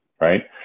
right